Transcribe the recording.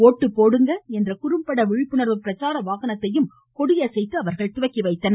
ஒட்டுப்போடுங்கம் என்ற குறும்பட விழிப்புணர்வு பிரச்சார வாகனத்தையும் கொடியசைத்து துவக்கி வைத்தனர்